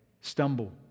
stumble